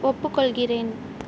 ஒப்புக்கொள்கிறேன்